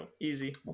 Easy